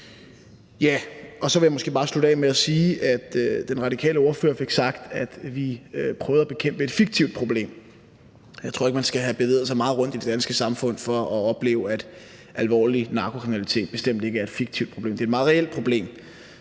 Ja, og så vil jeg måske bare slutte af med at sige, at den radikale ordfører fik sagt, at vi prøver at bekæmpe et fiktivt problem. Jeg tror ikke, man skal have bevæget sig meget rundt i det danske samfund for at opleve, at alvorlig narkokriminalitet bestemt ikke er et fiktivt problem. Det er et meget reelt problem,